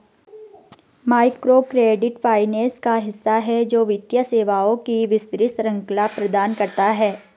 microcredit finance का हिस्सा है, जो वित्तीय सेवाओं की विस्तृत श्रृंखला प्रदान करता है